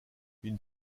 une